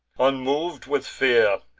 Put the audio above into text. unmov'd with fear,